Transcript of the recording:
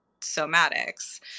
somatics